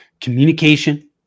communication